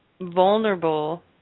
vulnerable